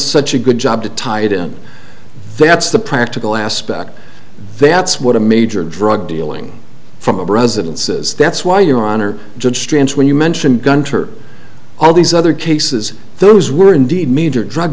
such a good job to tie it in that's the practical aspect that's what a major drug dealing from a brazilian says that's why your honor judge strange when you mention gunter all these other cases those were indeed major drug